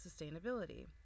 sustainability